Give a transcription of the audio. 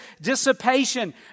dissipation